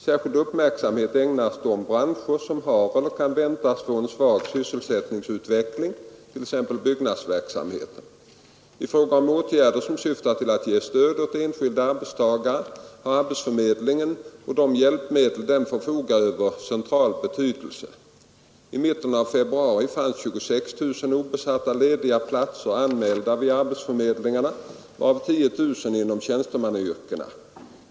Särskild uppmärksamhet ägnas åt de branscher som har eller kan väntas få en svag sysselsättningsutveckling, t.ex. byggnadsverksamheten. I fråga om åtgärder som syftar till att ge stöd åt enskilda arbetstagare har arbetsförmedlingen och de hjälpmedel den förfogar över central betydelse. I mitten av februari fanns 26 000 obesatta lediga platser anmälda vid arbetsförmedlingarna, varav 10 000 inom tjänstemannayrkena.